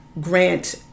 grant